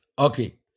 Okay